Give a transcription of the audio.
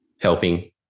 helping